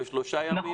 ושלושה ימים?